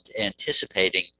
anticipating